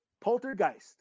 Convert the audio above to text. Poltergeist